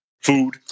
Food